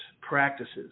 practices